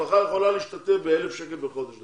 משפחה יכולה להשתתף באלף שקל בחודש,